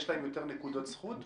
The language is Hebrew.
יש להם יותר נקודות זכות בקבלה?